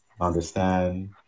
understand